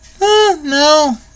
no